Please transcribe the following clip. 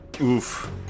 Oof